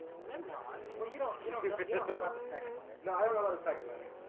nimrod well you don't you know video but about the second letter, no, i don't know the second letter,